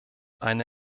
eine